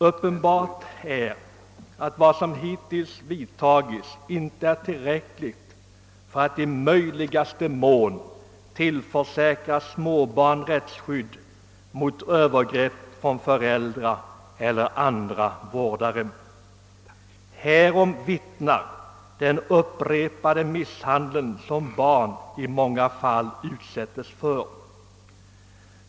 Uppenbart är att vad som hittills gjorts inte är tillräckligt för att i möjligaste mån tillförsäkra småbarn rättsskydd mot övergrepp från föräldrar eller andra vårdare. Härom vittnar den upprepade misshandel som barn i många fall utsättes för.